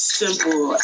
simple